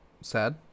sad